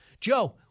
Joe